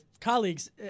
colleagues